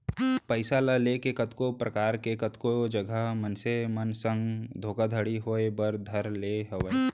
पइसा ल लेके कतको परकार के कतको जघा मनसे मन संग धोखाघड़ी होय बर धर ले हावय